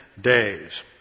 days